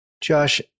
Josh